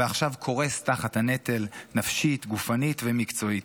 ועכשיו קורס תחת הנטל, נפשית, גופנית ומקצועית,